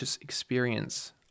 experience